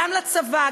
גם לצבא,